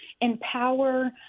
empower